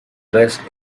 dressed